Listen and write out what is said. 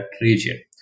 region